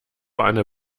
anne